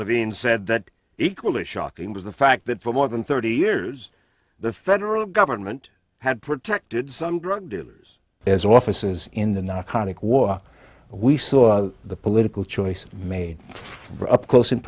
levine said that equally shocking was the fact that for more than thirty years the federal government had protected some drug dealers as offices in the narcotic war we saw the political choices made up close and